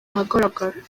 ahagaragara